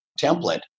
template